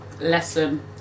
Lesson